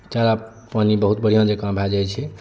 चारा पानि बहुत बढ़ियाँ जकाँ भऽ जाइ छै